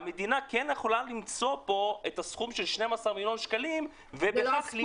יכולה למצוא פה את הסכום של 12 מיליון שקלים --- יבגני,